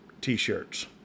t-shirts